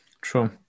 True